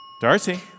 Darcy